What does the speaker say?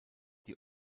die